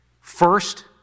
First